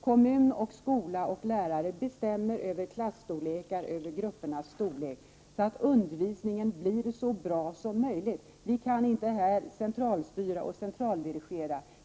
Kommun, skola och lärare bestämmer över klasstorlekar, gruppernas storlek, så att undervisningen blir så bra som möjligt. Vi kan här inte centralstyra och centraldirigera.